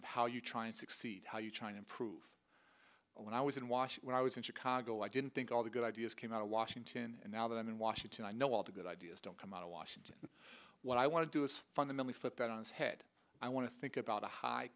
of how you try and succeed how you trying to improve when i was in washington i was in chicago i didn't think all the good ideas came out of washington and now that i'm in washington i know all the good ideas don't come out of washington what i want to do is fundamentally flip that on its head i want to think about a high